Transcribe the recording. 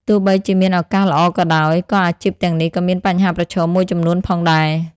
ទោះបីជាមានឱកាសល្អក៏ដោយ ក៏អាជីពទាំងនេះក៏មានបញ្ហាប្រឈមមួយចំនួនផងដែរ។